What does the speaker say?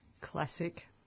Classic